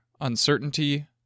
uncertainty